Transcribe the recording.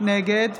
נגד